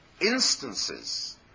instances